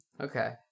Okay